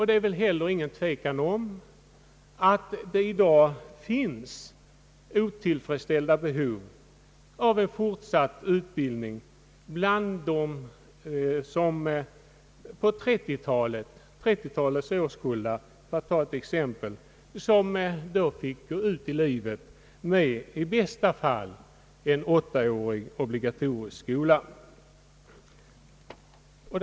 Det är väl heller ingen tvekan om att det i dag finns otillfredsställda behov av en fortsatt utbildning bland exempelvis 1930-talets årskullar, som i bästa fall fick gå ut i livet med en 8 årig obligatorisk skola bakom sig.